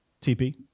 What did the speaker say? TP